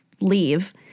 leave